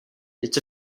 its